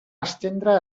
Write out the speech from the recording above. estendre